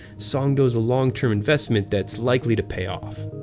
songdo's a long-term investment that's likely to pay off.